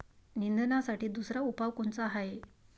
निंदनासाठी दुसरा उपाव कोनचा हाये?